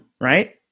right